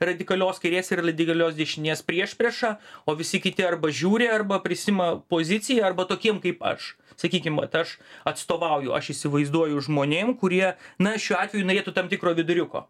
radikalios kairės ir radikalios dešinės priešpriešą o visi kiti arba žiūri arba prisiima poziciją arba tokiem kaip aš sakykim vat aš atstovauju aš įsivaizduoju žmonėm kurie na šiuo atveju norėtų tam tikro viduriuko